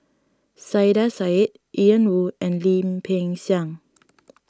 Saiedah Said Ian Woo and Lim Peng Siang